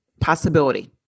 possibility